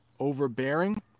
overbearing